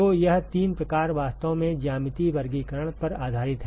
तो यह तीन प्रकार वास्तव में ज्यामितीय वर्गीकरण पर आधारित हैं